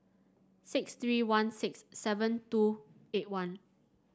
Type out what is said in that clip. six three one six seven two eight one